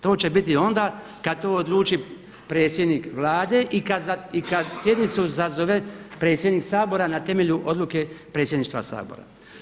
To će biti onda kada to odluči predsjednik Vlade i kada sjednicu sazove predsjednik Sabora na temelju odluke predsjedništva Sabora.